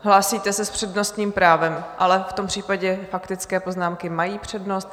Hlásíte se s přednostním právem, ale v tom případě faktické poznámky mají přednost.